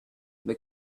they